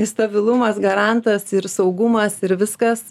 stabilumas garantas ir saugumas ir viskas